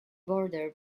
border